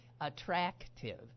attractive